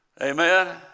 Amen